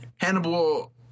Hannibal